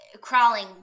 crawling